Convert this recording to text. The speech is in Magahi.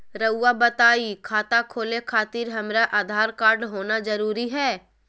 रउआ बताई खाता खोले खातिर हमरा आधार कार्ड होना जरूरी है?